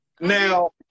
now